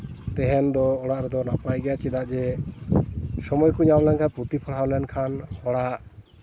ᱛᱟᱦᱮᱱ ᱫᱚ ᱚᱲᱟᱜ ᱨᱮᱫᱚ ᱱᱟᱯᱭ ᱜᱮᱭᱟ ᱪᱮᱫᱟᱜ ᱡᱮ ᱥᱚᱢᱚᱭ ᱠᱚ ᱧᱟᱢ ᱞᱮᱱᱠᱷᱟᱱ ᱯᱩᱛᱷᱤ ᱯᱟᱲᱦᱟᱣ ᱞᱮᱱᱠᱷᱟᱱ ᱦᱚᱲᱟᱜ